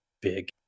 big